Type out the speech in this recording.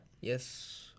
Yes